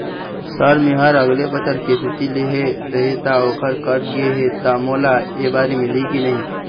Sir मेहर अगले बछर के.सी.सी लेहे रहें ता ओहर कट गे हे ता मोला एबारी मिलही की नहीं?